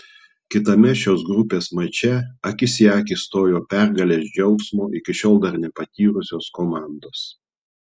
kitame šios grupės mače akis į akį stojo pergalės džiaugsmo iki šiol dar nepatyrusios komandos